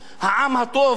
העם הטוב?